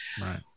Right